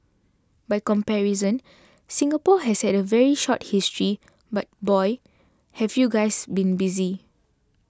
by comparison Singapore has had a very short history but boy have you guys been busy